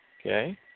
Okay